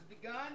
begun